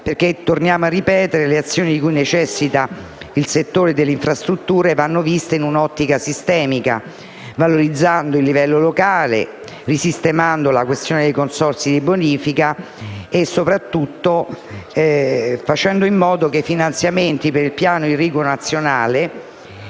positivi. Torniamo a ripetere che le azioni di cui necessita il settore delle infrastrutture vanno viste in un’ottica sistemica, valorizzando il livello locale, risistemando la questione dei consorzi di bonifica e soprattutto facendo in modo che i finanziamenti per il Piano irriguo nazionale